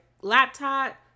laptop